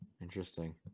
Interesting